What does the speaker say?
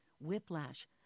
whiplash